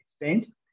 extent